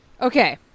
Okay